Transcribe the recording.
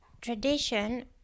Tradition